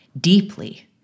deeply